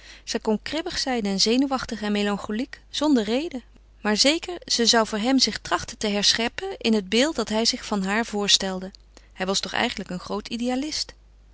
zij kon kribbig zijn en zenuwachtig en melancholiek zonder reden maar zeker ze zou voor hem zich trachten te herscheppen in het beeld dat hij zich van haar voorstelde hij was toch eigenlijk een groot idealist